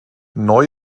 neu